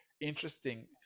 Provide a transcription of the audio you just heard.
interesting